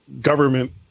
government